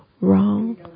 wrong